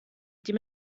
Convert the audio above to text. die